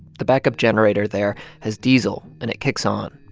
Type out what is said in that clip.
the backup generator there has diesel, and it kicks on.